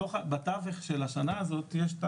בתווך של השנה הזאת,